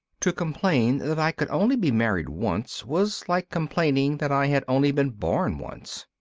to complain that i could only be married once was like complaining that i had only been born once.